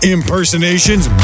Impersonations